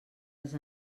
les